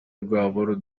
rwabo